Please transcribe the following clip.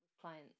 clients